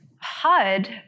HUD